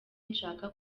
nshaka